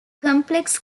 complex